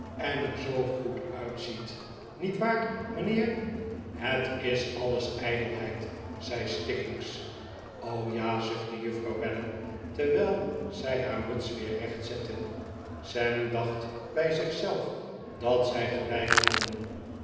en er zoo goed uitziet niet waar mijnheer het is alles ijdelheid zei stiggins och ja zuchtte juffrouw weller terwel zij haar muts weer rechtzette sam dacrit bij zich zelf dat zij gelijk hadden